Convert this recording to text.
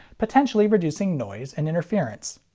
potentially reducing noise and interference.